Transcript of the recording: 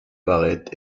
barrette